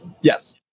Yes